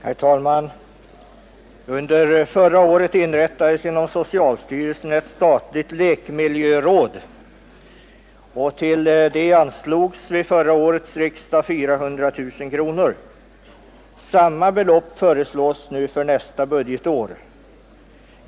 Herr talman! Under förra året inrättades inom socialstyrelsen ett statligt lekmiljöråd och till det anslogs vid förra årets riksdag 400 000 kronor. Samma belopp föreslås nu för nästa budgetår.